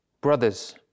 Brothers